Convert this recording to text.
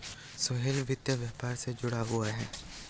सोहेल वित्त व्यापार से जुड़ा हुआ है